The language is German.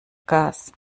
gas